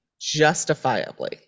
justifiably